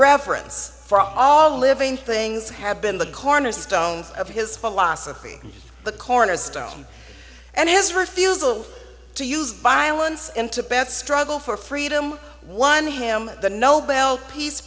reverence for all living things have been the cornerstone of his philosophy the cornerstone and his refusal to use violence in tibet struggle for freedom won him the nobel peace